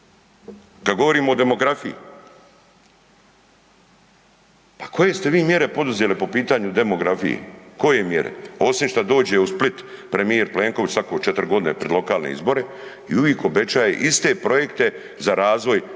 Kad govorimo o demografiji. Pa koje ste vi mjere poduzeli po pitanju demografije? Koje mjere? Osim što dođe u Split premijer Plenković svako 4 godine pred lokalne izbore i uvijek obećaje iste projekte za razvoj Dalmatinske